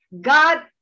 God